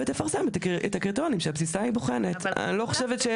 ותפרסם את הקריטריונים שעל